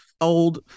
old